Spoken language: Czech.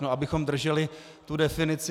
No, abychom drželi tu definici.